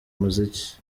muziki